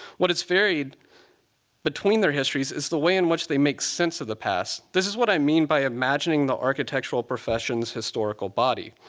what it's varied between their histories is the way in which they make sense of the past. this is what i mean by imagining the architectural profession's historical body.